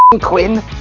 Quinn